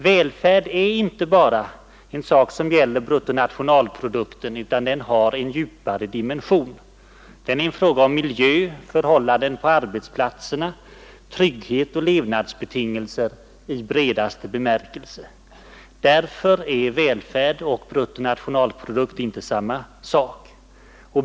Välfärd är inte bara en sak som gäller bruttonationalprodukten, utan den har en djupare dimension. Den är en fråga om miljö, förhållanden på arbetsplatser, trygghet och levnadsbetingelser i bredaste bemärkelse. Därför är välfärd och bruttonationalprodukt inte samma sak.